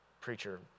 preacher